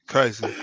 Crazy